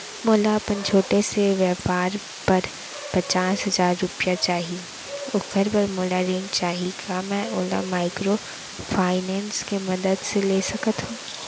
मोला अपन छोटे से व्यापार बर पचास हजार रुपिया चाही ओखर बर मोला ऋण चाही का मैं ओला माइक्रोफाइनेंस के मदद से ले सकत हो?